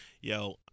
yo